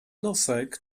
nosek